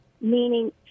meaning